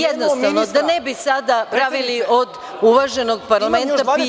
Jednostavno, da ne bi sada pravili od uvaženog parlamenta pijacu.